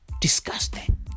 Disgusting